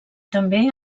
també